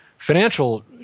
financial